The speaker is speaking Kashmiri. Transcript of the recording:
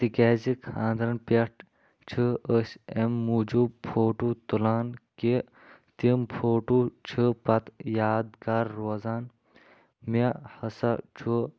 تِکیازِ خانٛدرَن پٮ۪ٹھ چھِ أسۍ امہِ موٗجوٗب فوٹو تُلان کہِ تِم فوٹو چھِ پتہٕ یادگار روزان مےٚ ہسا چھُ